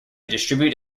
distribute